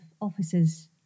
officers